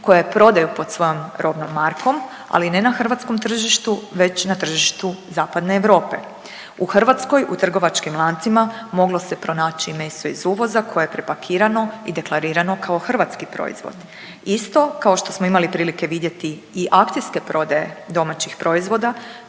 koje prodaju pod svojom robnom markom, ali ne na hrvatskom tržištu već na tržištu Zapadne Europe. U Hrvatskoj u trgovačkim lancima moglo se pronaći meso iz uvoza koje je prepakirano i deklarirano kao hrvatski proizvod. Isto kao što imali prilike vidjeti i akcijske prodaje domaćih proizvoda